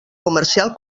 comercial